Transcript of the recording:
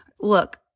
look